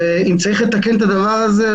אם צריך לתקן את הדבר הזה,